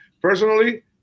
personally